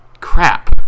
crap